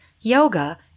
yoga